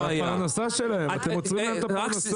זאת פרנסה שלהם, אתם עוצרים להם את הפרנסה.